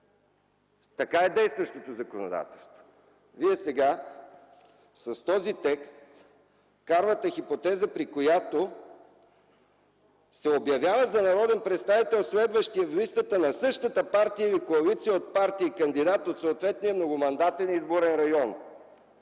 Така е в действащото законодателство. Сега с този текст вие вкарвате хипотеза, при която за народен представител се обявява следващия в листата на същата партия или коалиция от партии кандидат от съответния многомандатен изборен район.